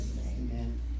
amen